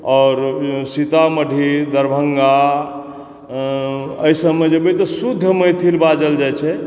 आओर सीतामढ़ी दरभंगा एहिसबमे जेबै तऽ शुद्ध मैथिल बाज़ल जाइ छै